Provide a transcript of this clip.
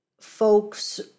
folks